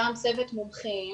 הפעם צוות מומחים,